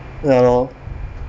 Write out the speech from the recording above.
ya lor